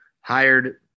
hired